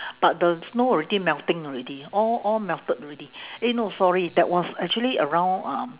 but the snow already melting already all all melted already eh no sorry that was actually around uh